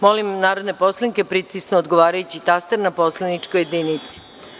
Molim narodne poslanike da pritisnu odgovarajući taster na poslaničkoj jedinici.